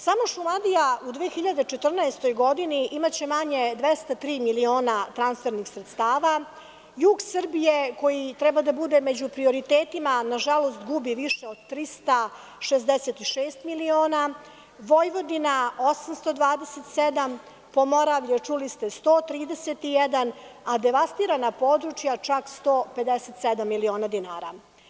Samo Šumadija u 2014. godini imaće manje 203 miliona transfernih sredstava, jug Srbije, koji treba da bude među prioritetima, nažalost, gubi više od 366 miliona, Vojvodina 827, Pomoravlje 131, a devastirana područja čak 157 miliona dinara.